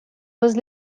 was